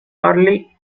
early